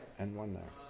and one there.